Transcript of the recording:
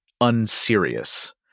unserious